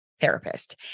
therapist